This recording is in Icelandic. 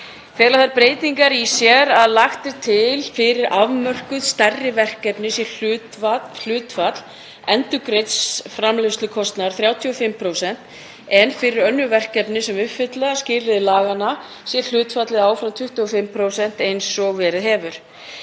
Fela þær breytingar í sér að lagt er til að fyrir afmörkuð stærri verkefni sé hlutfall endurgreidds framleiðslukostnaðar 35%, en fyrir önnur verkefni sem uppfylla skilyrði laganna sé hlutfallið áfram 25% eins og verið hefur.